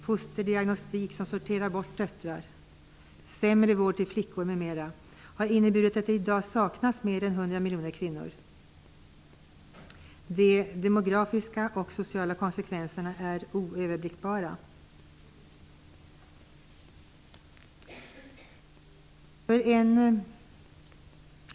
Fosterdiagnostik där man sorterar bort döttrar, sämre vård till flickor m.m. har inneburit att det saknas flera hundra miljoner kvinnor i dag. De demografiska och sociala konsekvenserna är oöverblickbara.